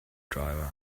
driver